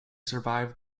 survive